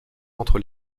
entre